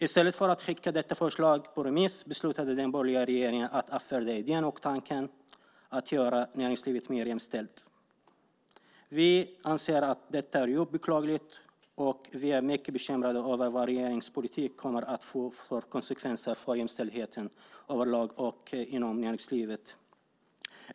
I stället för att skicka detta förslag på remiss beslutade den borgerliga regeringen att avfärda idén och tanken att göra näringslivet mer jämställt. Vi anser att detta är djupt beklagligt, och vi är mycket bekymrade över vad regeringens politik kommer att få för konsekvenser för jämställdheten överlag och inom näringslivet.